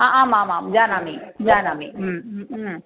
हा आम् आम् आम् जानामि जानामि